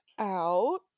out